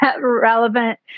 relevant